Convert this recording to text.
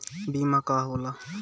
बीमा का होला?